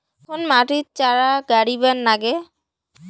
কখন মাটিত চারা গাড়িবা নাগে?